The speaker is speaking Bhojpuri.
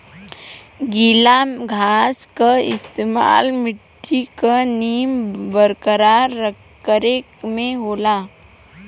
गीला घास क इस्तेमाल मट्टी क नमी बरकरार करे में होला